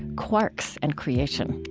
quarks and creation.